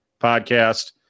podcast